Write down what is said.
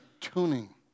tuning